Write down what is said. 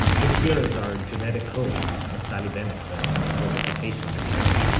this here is our genetic code, naftali bennett, the minister of education, declared